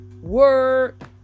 word